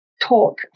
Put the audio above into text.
talk